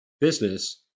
business